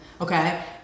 okay